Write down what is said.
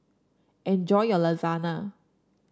enjoy your Lasagna